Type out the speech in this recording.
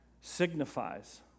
signifies